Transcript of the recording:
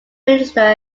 minister